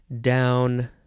Down